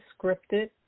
scripted